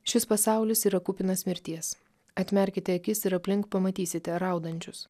šis pasaulis yra kupinas mirties atmerkite akis ir aplink pamatysite raudančius